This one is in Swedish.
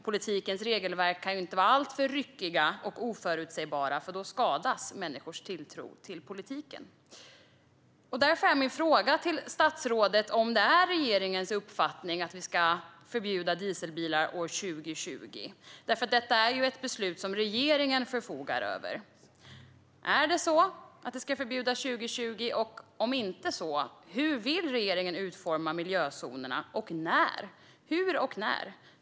Politikens regelverk kan inte vara alltför ryckiga och oförutsägbara, för då skadas människors tilltro till politiken. Därför är min fråga till statsrådet om det är regeringens uppfattning att vi ska förbjuda dieselbilar år 2020. Detta är ju ett beslut som regeringen förfogar över. Är det så att de ska förbjudas 2020? Om det inte är så, hur och när vill regeringen utforma miljözonerna?